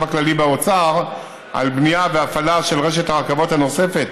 הכללי באוצר על בנייה והפעלה של רשת הרכבות הנוספת,